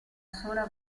sola